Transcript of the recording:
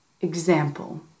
Example